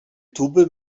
tube